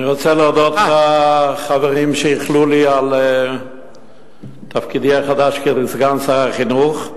אני רוצה להודות לחברים שאיחלו לי על תפקידי החדש כסגן שר החינוך,